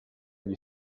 gli